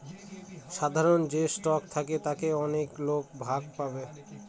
সাধারন যে স্টক থাকে তাতে অনেক লোক ভাগ পাবে